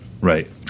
right